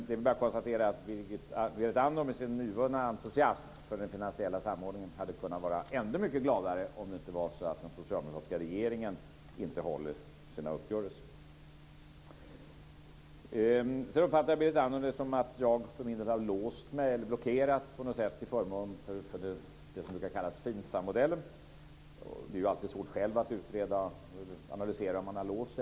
Det är bara att konstatera att Berit Andnor, med sin nyvunna entusiasm för den finansiella samordningen, hade kunnat vara ännu mycket gladare om det inte varit så att den socialdemokratiska regeringen inte håller sina uppgörelser. Berit Andnor uppfattade det som att jag för min del har låst mig eller blockerats till förmån för det som brukar kallas Finsammodellen. Det är alltid svårt att själv analysera om man har låst sig.